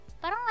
parang